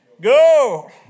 go